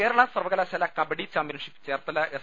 കേരള സർവകലശാല kabaddi championship Cherthala S